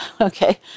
okay